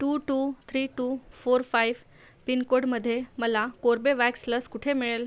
to two three two four five पिनकोडमध्ये मला Corbevax लस कुठे मिळेल